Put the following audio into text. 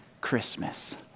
Christmas